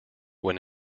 when